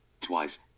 twice